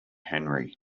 henry